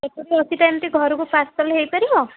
ସତୁରୀ ଅଶୀଟା ଏମିତି ଘରକୁ ପାର୍ସଲ୍ ହେଇପାରିବ